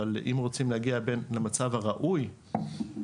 אבל אם רוצים להגיע למצב הראוי אז